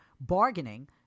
bargaining